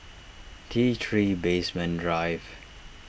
T three Basement Drive